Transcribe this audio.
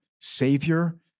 Savior